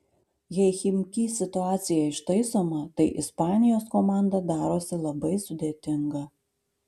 jei chimki situacija ištaisoma tai ispanijos komanda darosi labai sudėtinga